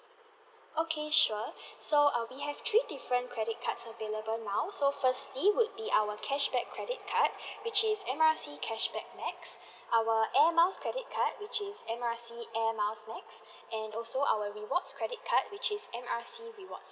okay sure so err we have three different credit cards available now so firstly would be our cashback credit card which is M R C cashback max our air miles credit card which is M R C air miles max and also our rewards credit card which is M R C rewards